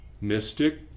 mystic